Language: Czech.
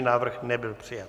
Návrh nebyl přijat.